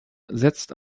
setzt